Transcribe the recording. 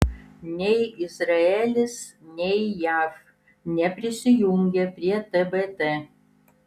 nei izraelis nei jav neprisijungė prie tbt